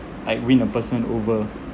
like win a person over